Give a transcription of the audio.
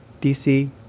DC